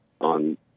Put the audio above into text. on